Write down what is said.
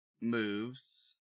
moves